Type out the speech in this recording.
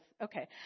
Okay